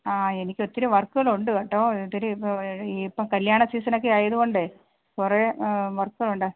ആ എനിക്കൊത്തിരി വർക്കുകളുണ്ട് കേട്ടോ ഒത്തിരി ഇപ്പോൾ ഈ ഇപ്പോൾ കല്യാണ സീസണൊക്കെ ആയതു കൊണ്ടേ കുറേ വർക്കുകളുണ്ടെ